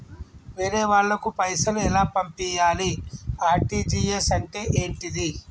వేరే వాళ్ళకు పైసలు ఎలా పంపియ్యాలి? ఆర్.టి.జి.ఎస్ అంటే ఏంటిది?